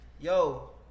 yo